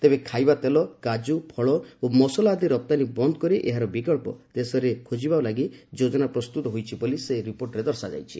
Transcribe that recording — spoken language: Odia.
ତେବେ ଖାଇବା ତେଲ କାଜୁ ଫଳ ଓ ମସଲା ଆଦି ରପ୍ତାନୀ ବନ୍ଦ କରି ଏହାର ବିକଳ୍ପ ଦେଶରେ ଖୋଜିବା ଲାଗି ଯୋଜନା ପ୍ରସ୍ତୁତ ହୋଇଛି ବୋଲି ଏହି ରିପୋର୍ଟରେ ଦର୍ଶା ଯାଇଛି